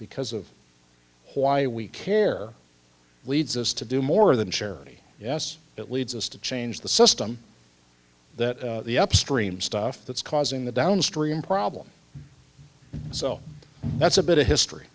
because of why we care leads us to do more than charity yes it leads us to change the system that the upstream stuff that's causing the downstream problem so that's a bit of history